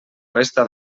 resta